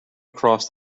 across